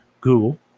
Google